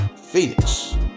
Phoenix